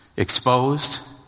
exposed